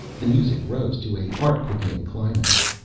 the music rose to a heart-quickening climax.